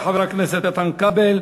תודה לחבר הכנסת איתן כבל.